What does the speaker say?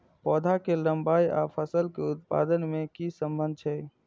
पौधा के लंबाई आर फसल के उत्पादन में कि सम्बन्ध छे?